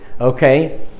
okay